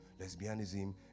lesbianism